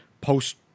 post